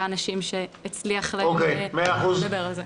אנשים שהצליח להם והיו מוכנים לדבר על זה.